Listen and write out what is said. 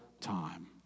time